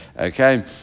Okay